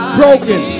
broken